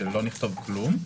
שלא נכתוב כלום,